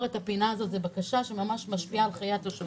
את הבעיה הזו שממש משפיעה על חיי התושבים.